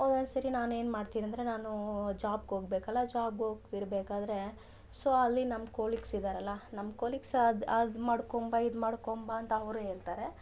ಒಂದೊಂದು ಸರಿ ನಾನೇನು ಮಾಡ್ತೀನಿ ಅಂದರೆ ನಾನು ಜಾಬ್ಗೆ ಹೋಗ್ಬೇಕಲ್ಲ ಜಾಬ್ ಹೋಗ್ತಿರಬೇಕಾದ್ರೆ ಸೊ ಅಲ್ಲಿ ನಮ್ಮ ಕೋಲಿಗ್ಸ್ ಇದ್ದಾರಲ್ಲ ನಮ್ಮ ಕೋಲಿಗ್ಸ್ ಅದು ಮಾಡ್ಕೊಂಬಾ ಇದು ಮಾಡ್ಕೊಂಬಾ ಅಂತ ಅವರು ಹೇಳ್ತಾರೆ